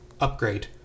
Upgrade